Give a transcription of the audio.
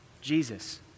Jesus